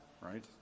right